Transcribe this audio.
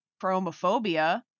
Chromophobia